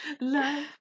Love